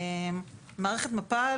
מערכת מפ"ל